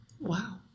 Wow